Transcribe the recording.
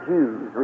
Jews